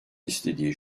istediği